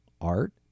art